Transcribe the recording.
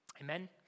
Amen